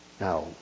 Now